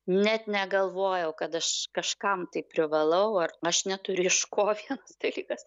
net negalvojau kad aš kažkam tai privalau ar aš neturiu iš ko vienas dalykas